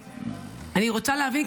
אני רוצה להבין,